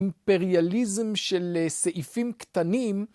אימפריאליזם של סעיפים קטנים.